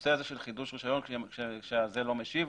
הנושא הזה של חידוש רישיון כשזה לא משיב,